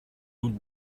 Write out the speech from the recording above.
doute